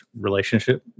relationship